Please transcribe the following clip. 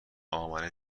امنه